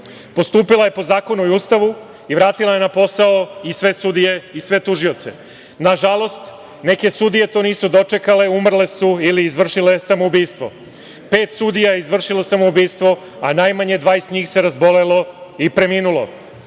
postupila je po zakonu i Ustavu i vratila je na posao i sve sudije i sve tužioce. Nažalost, neke sudije to nisu dočekale, umrle su ili izvršile samoubistvo. Pet sudija je izvršilo samoubistvo, a najmanje 20 njih se razbolelo i preminulo. Sve